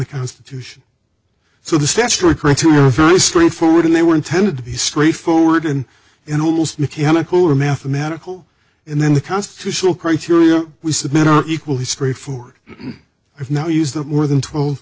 the constitution so the statutory criteria are fairly straightforward and they were intended to be straightforward and in almost mechanical or mathematical and then the constitutional criteria we submit are equally straightforward i've now used it more than twelve